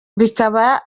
bikaba